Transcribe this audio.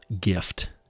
gift